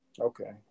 okay